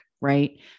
right